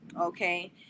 Okay